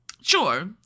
Sure